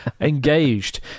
Engaged